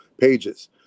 pages